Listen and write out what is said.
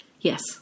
Yes